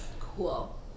Cool